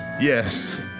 Yes